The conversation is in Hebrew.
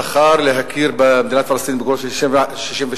הוא בחר להכיר במדינה פלסטין בגבולות 1967,